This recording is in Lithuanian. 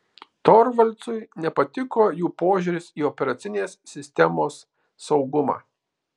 torvaldsui nepatiko jų požiūris į operacinės sistemos saugumą